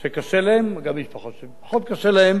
שקשה להן, גם משפחות שפחות קשה להן.